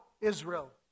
Israel